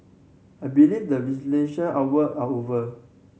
I believe the visitation hour are over